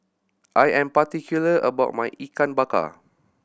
I am particular about my Ikan Bakar